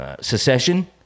secession